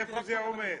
איפה זה עומד?